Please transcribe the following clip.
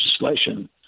legislation